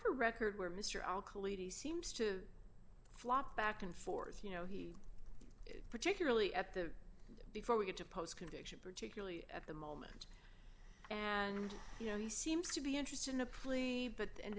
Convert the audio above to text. a record where mr alkaloids seems to flop back and forth you know he particularly at the before we get to post conviction particularly at the moment and you know he seems to be interested in a plea but and